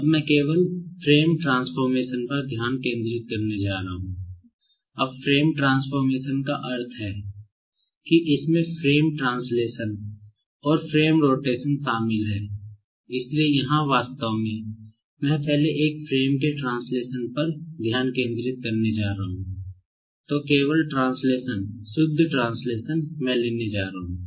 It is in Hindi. अब मैं केवल फ्रेम ट्रांसफॉर्मेशन मैं लेने जा रहा हूं